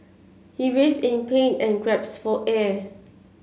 he writhed in pain and gasped for air